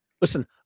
Listen